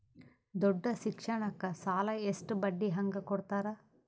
ದೊಡ್ಡ ಶಿಕ್ಷಣಕ್ಕ ಸಾಲ ಎಷ್ಟ ಬಡ್ಡಿ ಹಂಗ ಕೊಡ್ತಾರ?